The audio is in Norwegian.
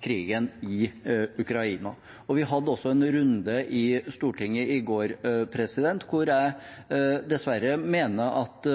krigen i Ukraina. Vi hadde også en runde i Stortinget i går hvor jeg mener at